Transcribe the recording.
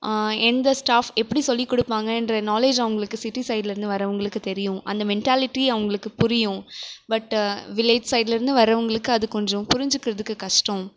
எந்த ஸ்டாஃப் எப்படி சொல்லிக் கொடுப்பாங்கன்ற நாலேஜ் அவங்களுக்கு சிட்டி சைடில் இருந்து வரவங்களுக்கு தெரியும் அந்த மெண்டாலிட்டி அவங்களுக்கு புரியும் பட் வில்லேஜ் சைடில் இருந்து வரவங்களுக்கு அது கொஞ்சம் புரிஞ்சிக்கிறதுக்கு கஷ்டம்